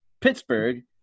Pittsburgh